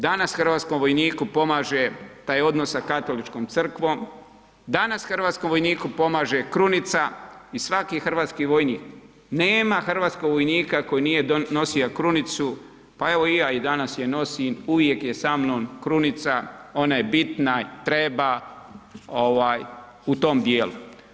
Danas hrvatskom vojniku pomaže taj odnos sa Katoličkom crkvom, danas hrvatskom vojniku pomaže krunica i svaki hrvatski vojnik, nema hrvatskog vojnika koji nije nosio krunicu, pa evo i ja i danas je nosim, uvijek je sa mnom, krunica, ona je bitna, treba u tom dijelu.